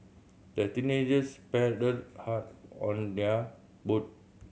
the teenagers paddled hard on their boat